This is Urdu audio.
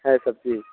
ہے سب چیز